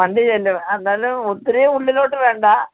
വണ്ടി ചെല്ലും എന്തായാലും ഒത്തിരി ഉള്ളിലോട്ട് വേണ്ട